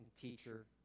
teacher